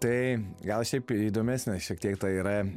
tai gal šiaip įdomesnė šiek tiek tai yra